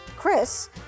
Chris